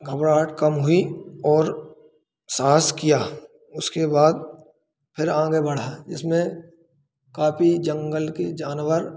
घबराहट कम हुई ओर साहस किया उसके बाद फिर आगे बढ़ा इसमें काफी जंगल के जानवर